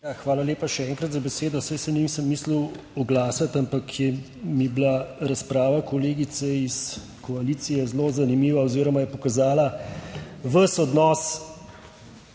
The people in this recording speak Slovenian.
hvala lepa še enkrat za besedo. Saj se nisem mislil oglasiti, ampak je, mi je bila razprava kolegice iz koalicije zelo zanimiva oziroma je pokazala ves odnos